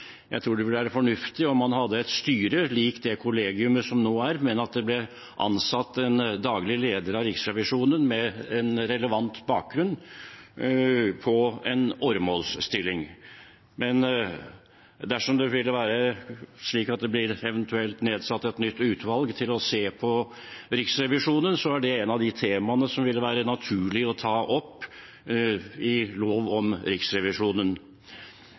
Jeg tror det ville være fornuftig om man hadde et styre, likt det kollegiet som nå er, men at det ble ansatt en daglig leder av Riksrevisjonen med en relevant bakgrunn, i en åremålsstilling. Men dersom det eventuelt blir nedsatt et nytt utvalg for å se på Riksrevisjonen, er det et av de temaene som det ville være naturlig å ta opp i forbindelse med lov om Riksrevisjonen.